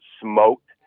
smoked